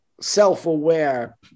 self-aware